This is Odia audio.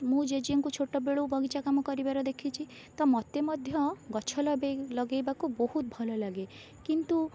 ମୁଁ ଜେଜେଙ୍କୁ ଛୋଟବେଳୁ ବଗିଚା କାମ କରିବାର ଦେଖିଛି ତ ମୋତେ ମଧ୍ୟ ଗଛ ଲଗାଇବାକୁ ବହୁତ ଭଲ ଲାଗେ କିନ୍ତୁ